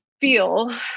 feel